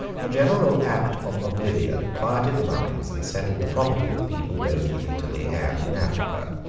a general act of oblivion quieted the minds and settled the property of the people, both in italy and in africa.